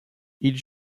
ils